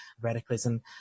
radicalism